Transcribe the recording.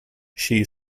she